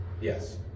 Yes